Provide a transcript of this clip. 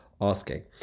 asking